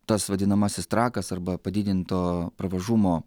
tas vadinamasis trakas arba padidinto pravažumo